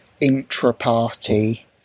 intra-party